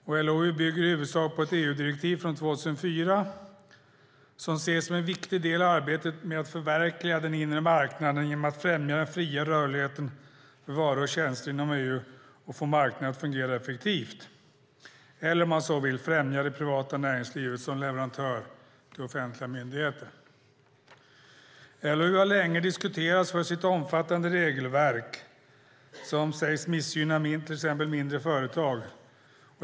LOU bygger i huvudsak på ett EU-direktiv från 2004 som ses som en viktig del i arbetet med att förverkliga den inre marknaden genom att främja den fria rörligheten för varor och tjänster inom EU och få marknaden att fungera effektivt - eller, om man så vill, främja det privata näringslivet som leverantör till offentliga myndigheter. LOU har länge diskuterats för sitt omfattande regelverk, som sägs missgynna till exempel mindre företag.